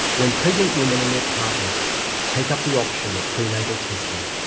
when pregnant women and their partners take up the option of prenatal testing,